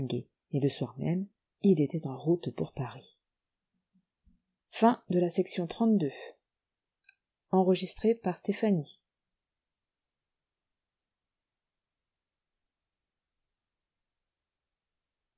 et le soir même il était en route pour paris